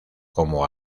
como